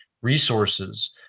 resources